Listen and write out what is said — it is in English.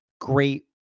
great